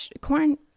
corn